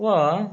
ଓ